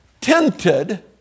tinted